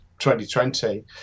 2020